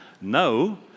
No